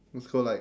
just go like